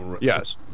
Yes